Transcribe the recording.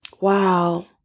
Wow